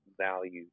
valued